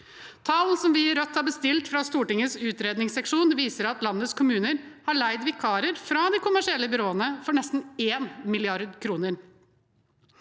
Tall som vi i Rødt har bestilt fra Stortingets utredningsseksjon, viser at landets kommuner har leid vikarer fra de kommersielle byråene for nesten 1 mrd. kr.